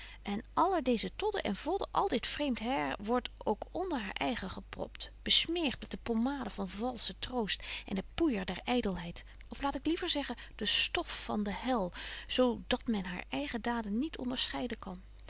en alle deeze todden en vodden al dit vreemt hair wordt ook onder haar eigen gepropt besmeert met de pommade van valschen troost en de poeijer der ydelheid of laat ik liever zeggen de stof van de hel zo dat men haar eigen daden niet onderscheiden kan